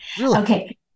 okay